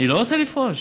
היא לא רוצה לפרוש.